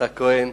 יצחק כהן,